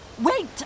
wait